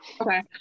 okay